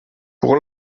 pour